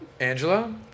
Angela